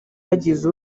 hagize